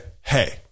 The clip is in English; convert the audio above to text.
Hey